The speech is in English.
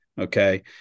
okay